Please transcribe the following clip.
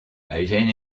eighteen